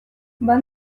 bat